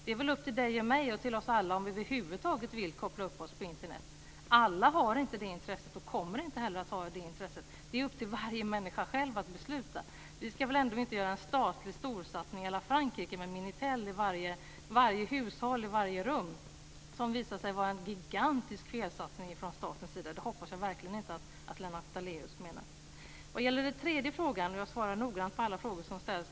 Det är väl upp till Lennart Daléus, mig och oss alla om vi över huvud taget vill koppla upp oss på Internet. Alla har inte det intresset och kommer inte heller att ha det intresset. Det är upp till varje människa själv att besluta. Vi ska väl ändå inte göra en statlig storsatsning à la Frankrike med Minitel i varje rum i varje hushåll. Det visade ju sig vara en gigantisk felsatsning från statens sida. Det hoppas jag verkligen inte att Lennart Daléus menar. Jag svarar noggrant på alla frågor som ställs.